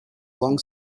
along